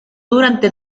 durante